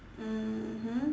mmhmm